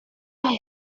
las